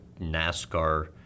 NASCAR